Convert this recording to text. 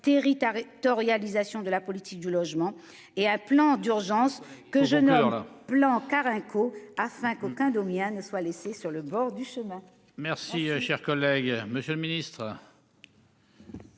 Hector réalisation de la politique du logement et un plan d'urgence que je ne dors plan car un coup afin qu'aucun Domiens ne soit laissé sur le bord du chemin.